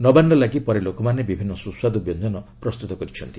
ନବାନ୍ନ ଲାଗି ପରେ ଲୋକମାନେ ବିଭିନ୍ନ ସୁସ୍ୱାଦୁ ବ୍ୟଞ୍ଜନ ପ୍ରସ୍ତୁତ କରିଛନ୍ତି